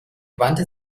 wandte